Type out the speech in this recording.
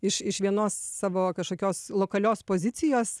iš iš vienos savo kažkokios lokalios pozicijos